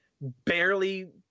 barely